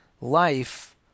life